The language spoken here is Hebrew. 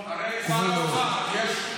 לא צריך לשקר מעל בימת הכנסת.